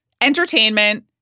entertainment